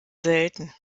selten